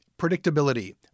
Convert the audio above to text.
predictability